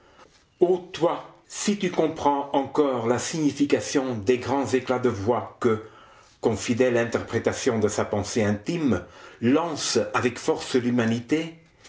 si tu comprends encore la signification des grands éclats de voix que comme fidèle interprétation de sa pensée intime lance avec force l'humanité